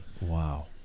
Wow